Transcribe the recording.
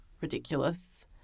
ridiculous